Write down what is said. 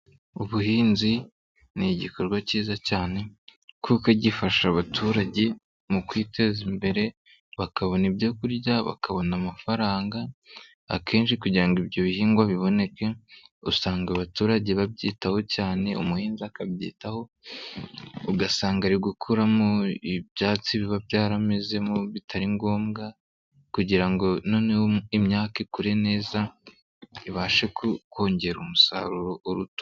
Ubuhinzi n'igikorwa cyiza cyane kuko gifasha abaturage mu kwiteza imbere bakabona ibyo kurya bakabona amafaranga, akenshi kugira ngo ibyo bihingwa biboneke, usanga abaturage babyitaho cyane umuhinzi akabyitaho ugasanga ari gukuramo ibyatsi biba byaramezemo bitari ngombwa, kugira ngo noneho imyaka ikure neza ibashe kongera umusaruro uruta.